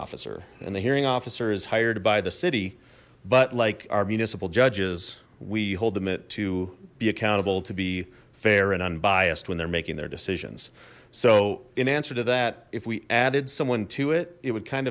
officer and the hearing officer is hired by the city but like our municipal judges we hold them it to be accountable to be fair and unbiased when they're making their decisions so in answer to that if we added someone to it it would kind